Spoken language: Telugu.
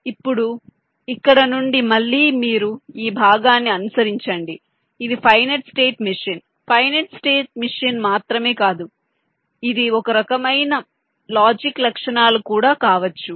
ఇప్పుడు ఇక్కడ నుండి మళ్ళీ మీరు ఈ భాగాన్ని అనుసరించండి ఇది ఫైనెట్ స్టేట్ లాజిక్ లక్షణాలు కూడా కావచ్చు